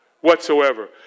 Whatsoever